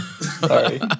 Sorry